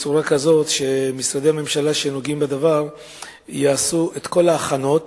בצורה כזו שמשרדי ממשלה שנוגעים בדבר יעשו את כל ההכנות